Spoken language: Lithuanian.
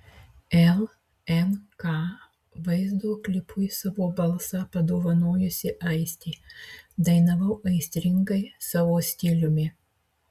lnk vaizdo klipui savo balsą padovanojusi aistė dainavau aistringai savo stiliumi